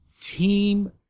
Team